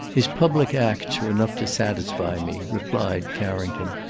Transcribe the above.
his public acts are enough to satisfy me, replied carrington,